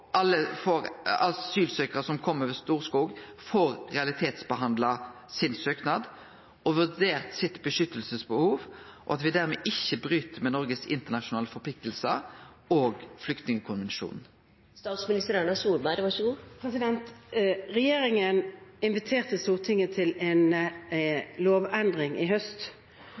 alle asylsøkjarar som kjem over Storskog, får realitetsbehandla sin søknad og vurdert sitt behov for vern, og at me dermed ikkje bryt med Noregs internasjonale forpliktingar og Flyktningkonvensjonen? Regjeringen inviterte Stortinget til en lovendring i